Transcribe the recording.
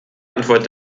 antwort